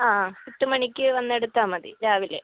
ആ എട്ട് മണിക്ക് വന്നെടുത്താൽ മതി രാവിലെ